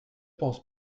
pense